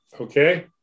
okay